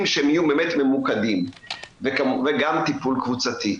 שהם יהיו באמת ממוקדים וגם טיפול קבוצתי.